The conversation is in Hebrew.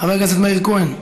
חבר הכנסת מאיר כהן,